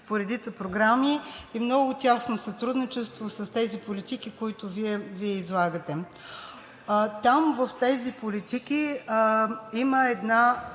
по редица програми и в много тясно сътрудничество с тези политики, които Вие излагате. В тези политики има една